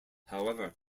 however